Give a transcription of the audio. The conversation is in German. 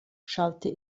schallte